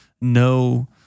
no